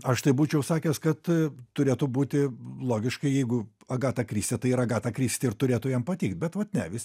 aš tai būčiau sakęs kad a turėtų būti logiškai jeigu agata kristi tai ir agata kristi ir turėtų jam patikt bet vat ne vis